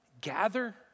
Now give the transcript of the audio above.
Gather